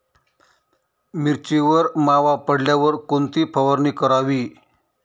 मिरचीवर मावा पडल्यावर कोणती फवारणी करावी?